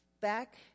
back